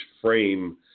frame